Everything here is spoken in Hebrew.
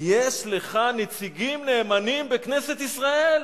יש לך נציגים נאמנים בכנסת ישראל.